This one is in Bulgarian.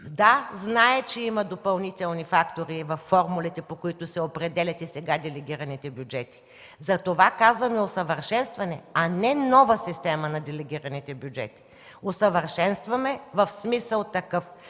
Да, знам, че има допълнителни фактори във формулите, по които се определят и сега делегираните бюджети. Затова казваме „усъвършенстване”, а не „нова система на делегираните бюджети”. Усъвършенстване в смисъл –